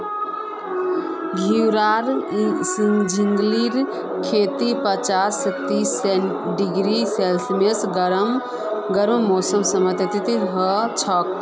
घेरा झिंगलीर खेती पच्चीस स तीस डिग्री सेल्सियस गर्म मौसमत हछेक